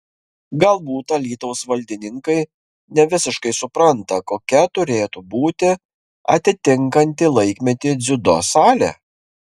galbūt alytaus valdininkai ne visiškai supranta kokia turėtų būti atitinkanti laikmetį dziudo salė